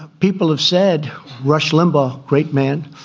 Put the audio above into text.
people have said rush limbaugh great man